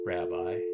Rabbi